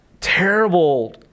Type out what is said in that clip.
terrible